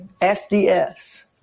sds